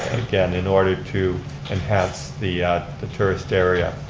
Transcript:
again, in order to enhance the the tourist area.